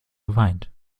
geweint